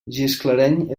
gisclareny